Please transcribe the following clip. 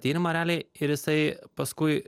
tyrimą realiai ir jisai paskui